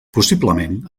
possiblement